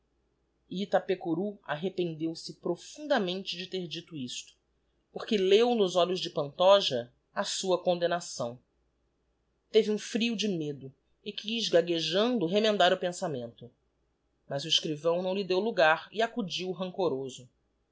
itapecurú arrependeu-se profundamente de ter dito isto porque leu nos olhos de pantoja a sua condemnação teve um frio de medo e quiz gaguejando remendar o pensamento mas o escrivão não lhe deu logar e acudiu rancoroso